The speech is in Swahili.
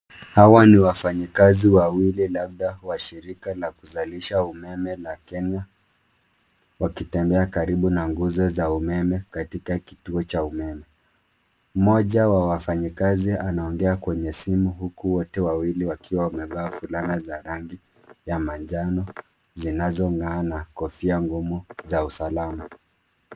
Hawa ni wafanyikazi wawili labda wa shirika la kuzalisha umeme la kenya, wakitembea karibu na nguzo za umeme, katika kituo cha umeme. Mmoja wa wafanyikazi anaongea kwenye simu huku wote wawili wakiwa wamevaa fulana za rangi ya manjano zinazongaa na kofia ngumu za usalama.